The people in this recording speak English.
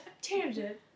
tangent